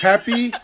Happy